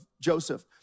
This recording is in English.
Joseph